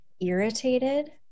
irritated